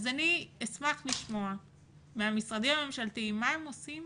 אני אשמח לשמוע מהמשרדים הממשלתיים מה הם עושים